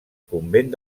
convent